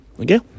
okay